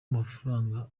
amafaranga